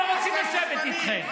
לא רוצים לשבת איתכם.